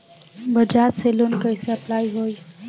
बज़ाज़ से लोन कइसे अप्लाई होई?